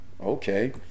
okay